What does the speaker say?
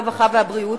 הרווחה והבריאות,